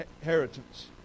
inheritance